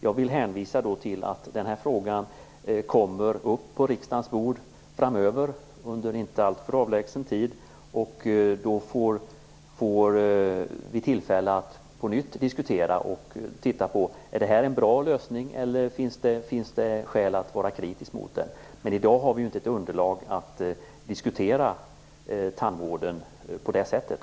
Jag vill hänvisa till att den här frågan kommer upp på riksdagens bord inom en inte alltför avlägsen framtid. Då får vi tillfälle att på nytt diskutera och titta på om det här är en bra lösning eller om det finns skäl att vara kritisk mot den. I dag har vi inget underlag för att diskutera tandvården på det sättet.